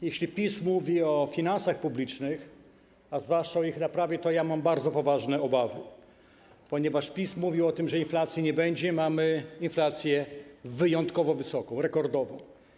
Jeśli PiS mówi o finansach publicznych, a zwłaszcza o ich naprawie, to ja mam bardzo poważne obawy, ponieważ PiS mówił o tym, że inflacji nie będzie, a mamy inflację wyjątkowo wysoką, rekordową.